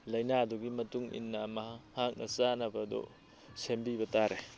ꯂꯩꯅꯥꯗꯨꯒꯤ ꯃꯇꯨꯡꯏꯟꯅ ꯃꯍꯥꯛꯅ ꯆꯥꯅꯕꯗꯨ ꯁꯦꯝꯕꯤꯕ ꯇꯥꯔꯦ